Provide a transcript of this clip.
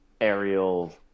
Aerial